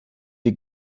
die